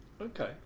Okay